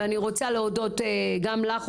אני רוצה להודות גם לך,